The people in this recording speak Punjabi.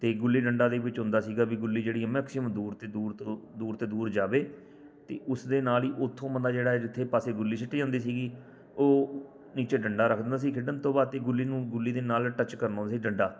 ਅਤੇ ਗੁੱਲੀ ਡੰਡਾ ਦੇ ਵਿੱਚ ਹੁੰਦਾ ਸੀਗਾ ਵੀ ਗੁੱਲੀ ਜਿਹੜੀ ਹੈ ਮੈਕਸੀਮਮ ਦੂਰ ਤੇ ਦੂਰ ਤੋਂ ਦੂਰ ਤੇ ਦੂਰ ਜਾਵੇ ਅਤੇ ਉਸ ਦੇ ਨਾਲ ਹੀ ਉੱਥੋਂ ਬੰਦਾ ਜਿਹੜਾ ਹੈ ਜਿੱਥੇ ਪਾਸੇ ਗੁੱਲੀ ਸਿੱਟੀ ਜਾਂਦੀ ਸੀਗੀ ਉਹ ਨੀਚੇ ਡੰਡਾ ਰੱਖ ਦਿੰਦਾ ਸੀ ਖੇਡਣ ਤੋਂ ਬਾਅਦ ਅਤੇ ਗੁੱਲੀ ਨੂੰ ਗੁੱਲੀ ਦੇ ਨਾਲ ਟੱਚ ਕਰਨਾ ਹੁੰਦਾ ਸੀ ਡੰਡਾ